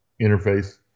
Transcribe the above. interface